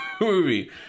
movie